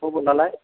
खबर लालाय